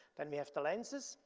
then we have the lenses,